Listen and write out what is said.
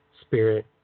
spirit